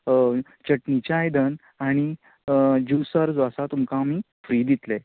चटणीचे आयदन आनी ज्यूसर जो आसा तुमकां आमी फ्रि दितलें